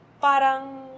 parang